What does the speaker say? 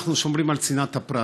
אנחנו שומרים על צנעת הפרט,